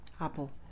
Apple